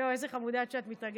איזה חמודה את שאת מתרגשת.